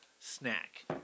snack